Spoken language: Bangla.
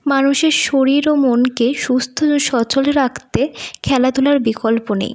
মানুষের শরীর ও মনকে সুস্থ সচল রাখতে খেলাধূলার বিকল্প নেই